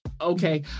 Okay